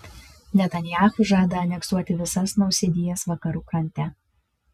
netanyahu žada aneksuoti visas nausėdijas vakarų krante